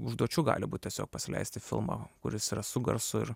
užduočių gali būt tiesiog pasileisti filmą kuris yra su garsu ir